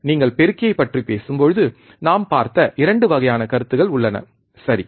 நீங்கள் பெருக்கியைப் பற்றி பேசும்போது நாம் பார்த்த 2 வகையான கருத்துக்கள் உள்ளன சரி